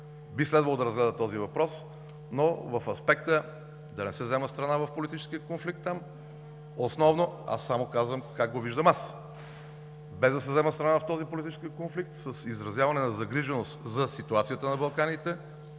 би следвало да разгледа този въпрос, но в аспекта да не се взема страна в политическия конфликт там основно. (Реплики от БСП за България.) Аз само казвам как го виждам аз – без да се взема страна в този политически конфликт, с изразяване на загриженост за ситуацията на Балканите,